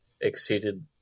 exceeded